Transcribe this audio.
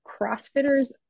crossfitters